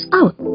out